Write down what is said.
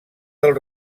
del